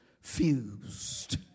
fused